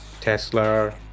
Tesla